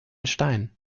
stein